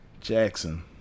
jackson